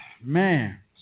man